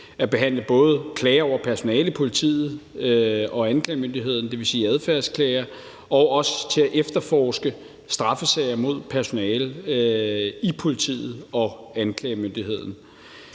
at behandle både klager over personalet, politiet og anklagemyndigheden, dvs. adfærdsklager, og også til at efterforske straffesager mod personale i politiet og anklagemyndigheden.